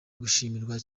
gushimirwa